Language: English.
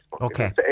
Okay